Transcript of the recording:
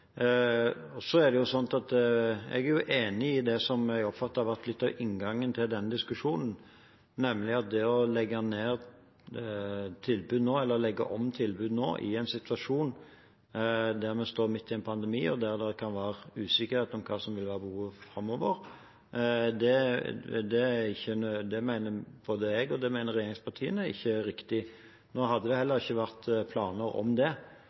Jeg er enig i det som jeg oppfatter har vært litt av inngangen til denne diskusjonen, nemlig at det å legge ned tilbud nå, eller legge om tilbud nå, i en situasjon der vi står midt i en pandemi, og der det kan være usikkerhet om hva som vil være behovet framover – det mener både jeg og regjeringspartiene ikke er riktig. Nå hadde det heller ikke vært planer om det,